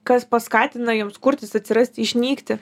kas paskatina joms kurtis atsirasti išnykti